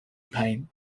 pain